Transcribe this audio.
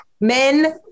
men